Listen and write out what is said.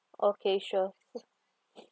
okay sure